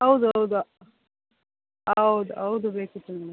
ಹೌದು ಹೌದು ಹೌದು ಹೌದು ಬೇಕಿತ್ತು ಮೇಡಮ್